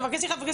תבקש סליחה.